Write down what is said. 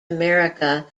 america